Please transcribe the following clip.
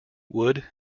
wood